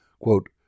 Quote